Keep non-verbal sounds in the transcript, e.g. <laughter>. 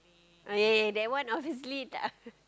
oh ya ya that one obviously tidak <laughs>